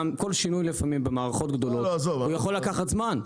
כל שינוי לפעמים במערכות גדולות יכול לקחת זמן.